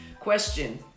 Question